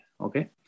okay